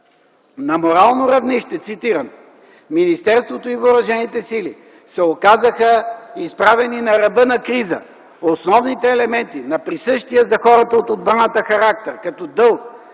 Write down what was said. На морално равнище „Министерството и Въоръжените сили се оказаха изправени на ръба на криза. Основните елементи на присъщия за хората от отбраната характер като дълг,